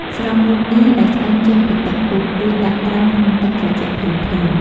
ស្រង់នំអុីដែលឆ្អិនចេញពីទឹកពុះ រួចដាក់ត្រាំក្នុងទឹកត្រជាក់ភ្លាមៗ។